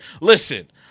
Listen